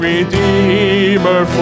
Redeemer